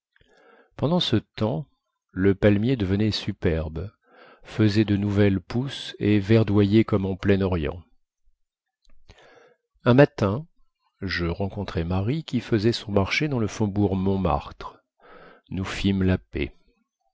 pendant ce temps le palmier devenait superbe faisait de nouvelles pousses et verdoyait comme en plein orient un matin je rencontrai marie qui faisait son marché dans le faubourg montmartre nous fîmes la paix